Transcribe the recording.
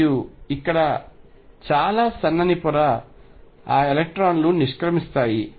మరియు ఇక్కడ చాలా సన్నని పొర ఆ ఎలక్ట్రాన్లు నిష్క్రమిస్తాయి